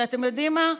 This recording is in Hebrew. שאתם יודעים מה,